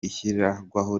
ishyirwaho